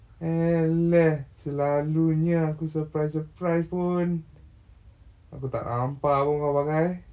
eleh selalunya aku surprise surprise pun aku tak nampak pun kau pakai